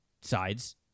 sides